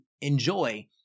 enjoy